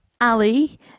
Ali